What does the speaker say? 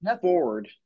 forward